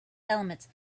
elements